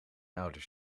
ouders